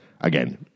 again